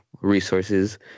resources